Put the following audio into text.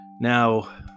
Now